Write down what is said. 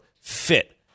fit